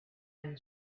and